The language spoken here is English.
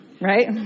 right